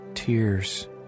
tears